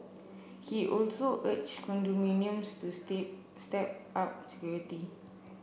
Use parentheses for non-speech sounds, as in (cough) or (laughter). he also urged condominiums to (unintelligible) step up security